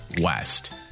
West